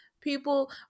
people